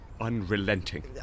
unrelenting